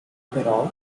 però